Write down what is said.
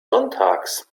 sonntags